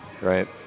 right